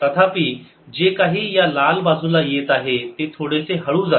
तथापि जे काही या लाल बाजूला येत आहे ते थोडेसे हळू जाते